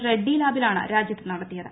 റെഡ്നി ലാബാണ് രാജ്യത്ത് നടത്തിയത്